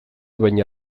baina